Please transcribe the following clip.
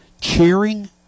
cheering